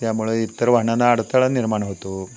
त्यामुळे इतर वाहनांना अडथळा निर्माण होतो